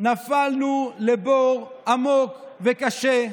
נפלנו לבור עמוק וקשה,